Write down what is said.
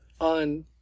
on